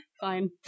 Fine